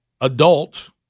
adult